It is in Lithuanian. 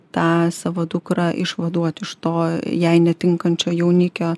tą savo dukrą išvaduot iš to jai netinkančio jaunikio